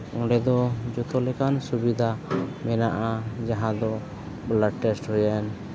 ᱚᱸᱰᱮ ᱫᱚ ᱡᱚᱛᱚ ᱞᱮᱠᱟᱱ ᱥᱩᱵᱤᱫᱷᱟ ᱢᱮᱱᱟᱜᱼᱟ ᱡᱟᱦᱟᱸ ᱫᱚ ᱵᱞᱟᱰ ᱴᱮᱹᱥᱴ ᱦᱩᱭᱮᱱ